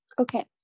Okay